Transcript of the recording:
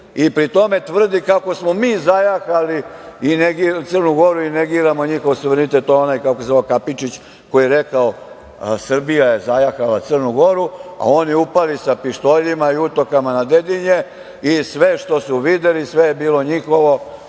a pri tome tvrdi kako smo mi zajahali Crnu Goru i negiramo njihov suverenitet. Onaj Kapičić koji je rekao – Srbija je zajahala Crnu Goru, a oni upali sa pištoljima i utokama na Dedinje i sve što su videli je bilo njihovo